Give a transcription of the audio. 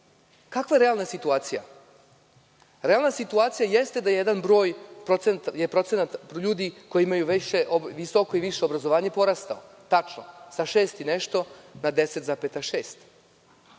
Kakva je realna situacija? Realna situacija jeste da je procenat ljudi koji imaju visoko i više obrazovanje porastao. Tačno je. Sa šest i nešto porastao